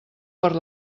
per